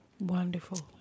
Wonderful